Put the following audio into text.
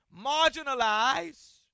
marginalize